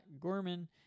Gorman